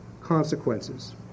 consequences